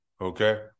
Okay